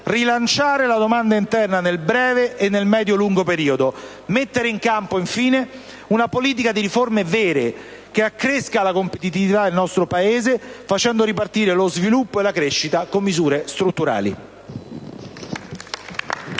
rilanciare la domanda interna nel breve e nel medio-lungo periodo; mettere in campo, infine, una politica di riforme vere che accresca la competitività del nostro Paese, facendo ripartire lo sviluppo e la crescita con misure strutturali.